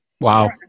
Wow